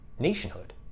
nationhood